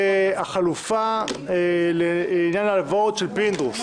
והחלופה לעניין ההלוואות של פינדרוס